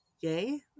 yay